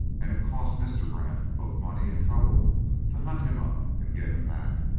and it cost mr. brant both money and trouble to hunt him up and get him back.